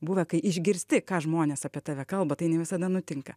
buvę kai išgirsti ką žmonės apie tave kalba tai ne visada nutinka